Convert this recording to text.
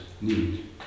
need